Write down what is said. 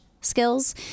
skills